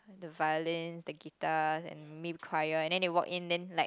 the violin the guitar and maybe choir and then they walk in then like